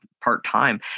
part-time